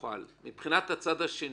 מבחינת הצד השני,